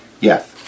Yes